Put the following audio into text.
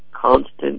constant